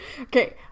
Okay